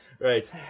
Right